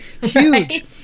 huge